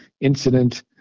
incident